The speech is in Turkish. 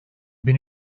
bin